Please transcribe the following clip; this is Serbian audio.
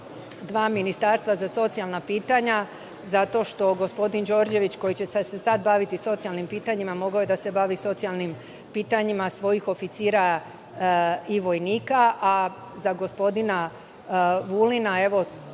dva ministarstva za socijalna pitanja zato što je gospodin Đorđević, koji će se sada baviti socijalnim pitanjima, mogao da se bavi socijalnim pitanjima svojih oficira i vojnika, a za gospodina Vulina, evo